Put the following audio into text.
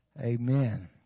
Amen